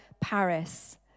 Paris